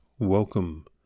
welcome